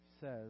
says